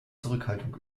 zurückhaltung